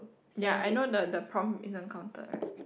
ya I know the the prompt isn't counted right